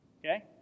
Okay